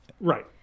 right